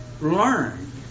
learn